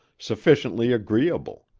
sufficiently agreeable.